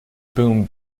boom